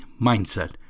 mindset